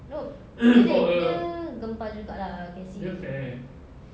no it's like dia gempal juga lah can see